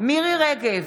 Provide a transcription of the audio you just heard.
מירי מרים רגב,